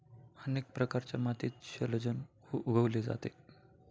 अनेक प्रकारच्या मातीत शलजम उगवले जाते